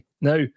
now